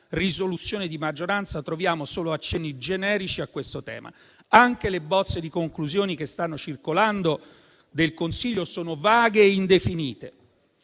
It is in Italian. risoluzione di maggioranza troviamo solo accenni generici a questo tema. Anche le bozze di conclusioni del Consiglio che stanno circolando sono vaghe e indefinite.